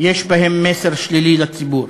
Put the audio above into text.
יש בהם מסר שלילי לציבור.